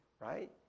right